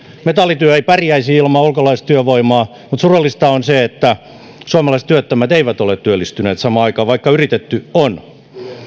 metallityö vainio ei pärjäisi ilman ulkolaista työvoimaa mutta surullista on se että suomalaiset työttömät eivät ole työllistyneet samaan aikaan vaikka yritetty on